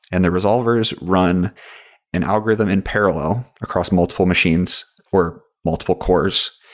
and the resolvers run an algorithm in parallel across multiple machines or multiple cores,